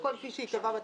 הכול כפי שייקבע בתקנות.